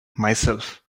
myself